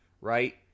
right